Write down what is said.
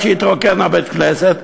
עד שהתרוקן בית-הכנסת.